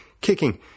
kicking